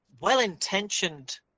well-intentioned